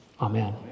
Amen